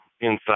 inside